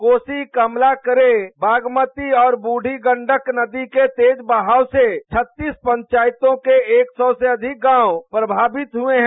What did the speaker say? कोसी कमला करेह बागमती और गंडक नदी के तेज बहाव से छत्तीस पंचायतों के एक सौ से अधिक गांव प्रभावित हुए हैं